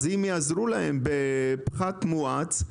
אם זה יוכר להם בפחת מואץ,